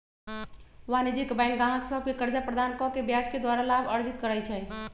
वाणिज्यिक बैंक गाहक सभके कर्जा प्रदान कऽ के ब्याज द्वारा लाभ अर्जित करइ छइ